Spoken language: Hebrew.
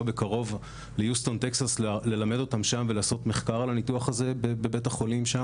בקרוב ליוסטון טקסס ללמד אותם שם ולעשות מחקר על הניתוח הזה בבית החולים.